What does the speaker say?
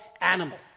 animal